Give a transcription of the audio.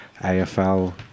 AFL